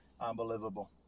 Unbelievable